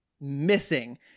missing